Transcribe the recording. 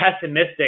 pessimistic